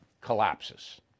collapses